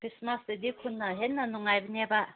ꯈ꯭ꯔꯤꯁꯃꯥꯁꯇꯗꯤ ꯈꯨꯟꯅ ꯍꯦꯟꯅ ꯅꯨꯡꯉꯥꯏꯕꯅꯦꯕ